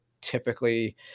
typically